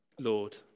Lord